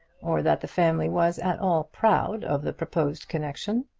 or that the family was at all proud of the proposed connection.